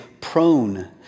prone